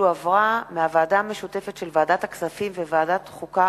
שהחזירה הוועדה המשותפת של ועדת הכספים וועדת החוקה,